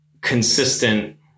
consistent